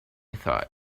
thought